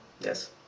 yes